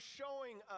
showing